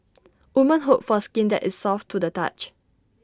women hope for skin that is soft to the touch